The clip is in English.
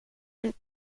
went